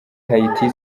haiti